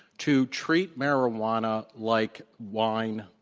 to treat marijuana like wine,